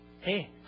Hey